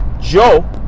Joe